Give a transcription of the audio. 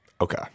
Okay